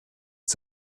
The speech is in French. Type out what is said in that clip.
est